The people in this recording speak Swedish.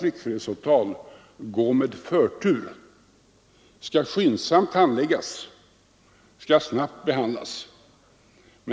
tryckfrihetsåtal skall behandlas med förtur och handläggas skyndsamt.